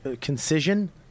Concision